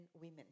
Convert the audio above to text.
women